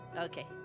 Okay